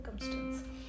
circumstance